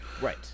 Right